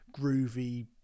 groovy